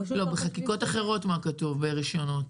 בחקיקות אחרות מה כתוב ברישיונות,